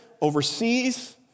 overseas